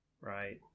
Right